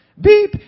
Beep